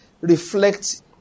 reflect